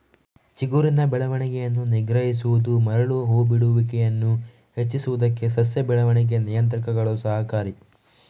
ಚಿಗುರಿನ ಬೆಳವಣಿಗೆಯನ್ನು ನಿಗ್ರಹಿಸುವುದು ಮರಳುವ ಹೂ ಬಿಡುವಿಕೆಯನ್ನು ಹೆಚ್ಚಿಸುವುದಕ್ಕೆ ಸಸ್ಯ ಬೆಳವಣಿಗೆ ನಿಯಂತ್ರಕಗಳು ಸಹಕಾರಿ